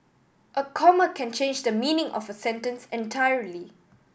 a comma can change the meaning of a sentence entirely